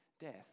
death